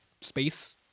space